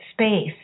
space